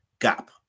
gap